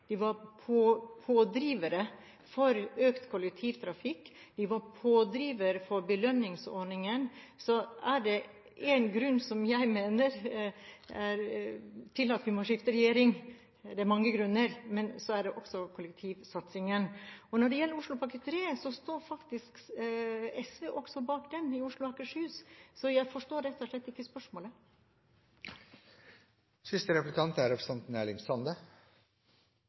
de som tok initiativet til mange bybaneprosjekter. De var pådrivere for økt kollektivtrafikk, og de var pådrivere for belønningsordningen. Så er det én grunn til at vi må skifte regjering – det er mange grunner – så er det kollektivsatsingen. Når det gjelder Oslopakke 3, står faktisk også SV bak den i Oslo og Akershus. Så jeg forstår rett og slett ikke spørsmålet.